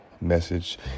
message